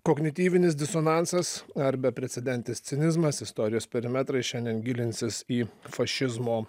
kognityvinis disonansas ar beprecedentis cinizmas istorijos perimetrai šiandien gilinsis į fašizmo